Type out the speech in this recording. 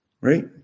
right